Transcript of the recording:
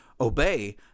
obey